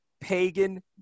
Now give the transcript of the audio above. pagan